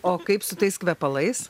o kaip su tais kvepalais